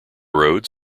road